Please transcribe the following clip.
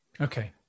Okay